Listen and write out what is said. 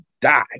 die